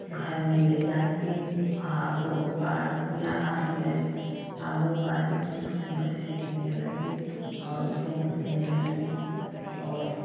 घर में ले जाके गोपाल दिया उसको मशीन करने लगी और धूप देने लगी और